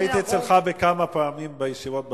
אני הייתי אצלך כמה פעמים בישיבות בוועדה.